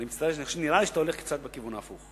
אני מצטער, נראה לי שאתה הולך קצת בכיוון ההפוך.